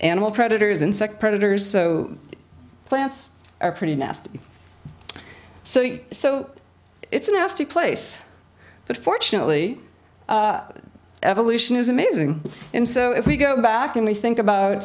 animal predators insect predators so plants are pretty nasty so you so it's a nasty place but fortunately evolution is amazing and so if we go back and we think